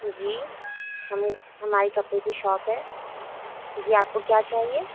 جی ہم ہمارے کپڑے کی شاپ ہے جی آپ کو کیا چاہیے